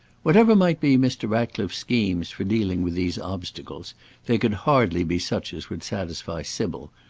whatever might be mr. ratcliffe's schemes for dealing with these obstacles they could hardly be such as would satisfy sybil,